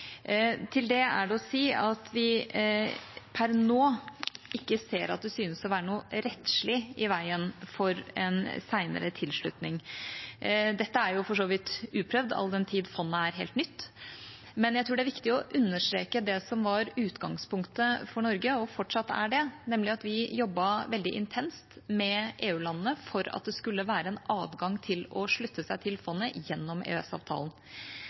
Til det er det å si at vi per nå ikke ser at det synes å være noe rettslig i veien for en senere tilslutning. Dette er for så vidt uprøvd all den tid fondet er helt nytt, men jeg tror det er viktig å understreke det som var utgangspunktet for Norge, og fortsatt er det, nemlig at vi jobbet veldig intenst med EU-landene for at det skulle være en adgang til å slutte seg til fondet gjennom